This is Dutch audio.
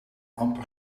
amper